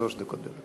שלוש דקות.